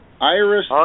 IRIS